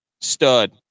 Stud